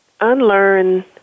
unlearn